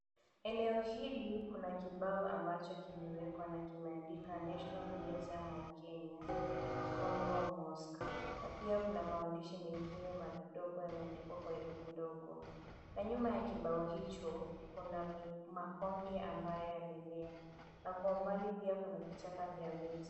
Eneo hili kuna kibao ambacho kimewekwa na kimeandika, "National Museums of Kenya, Kongo Mosque". Na pia kuna maandishi mengine madogo yameandikwa kwa herufi ndogo. Na nyuma ya kibao hicho kuna makonge ambayo yamemea. Na kwa umbali pia kuna vichaka vya miti.